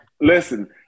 listen